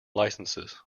licences